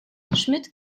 schmidt